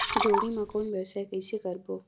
जोणी कौन व्यवसाय कइसे करबो?